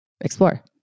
explore